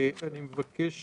אני מבקש